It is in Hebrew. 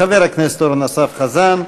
חבר הכנסת אורן אסף חזן.